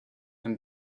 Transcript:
and